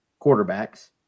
quarterbacks